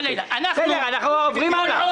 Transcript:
אנחנו עוברים הלאה.